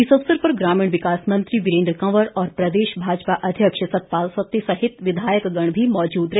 इस अवसर पर ग्रामीण विकास मंत्री वीरेंद्र कंवर और प्रदेश भाजपा अध्यक्ष सतपाल सत्ती सहित विधायकगण भी मौजूद रहे